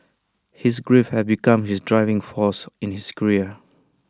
his grief had become his driving force in his career